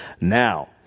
Now